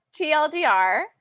TLDR